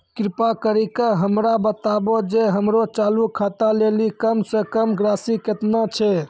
कृपा करि के हमरा बताबो जे हमरो चालू खाता लेली कम से कम राशि केतना छै?